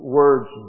words